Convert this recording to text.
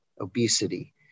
obesity